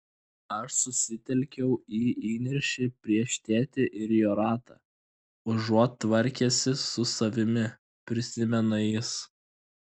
aš susitelkiau į įniršį prieš tėtį ir jo ratą užuot tvarkęsis su savimi prisimena jis